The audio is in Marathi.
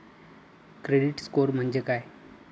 क्रेडिट स्कोअर म्हणजे काय?